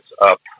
up